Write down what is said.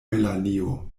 eŭlalio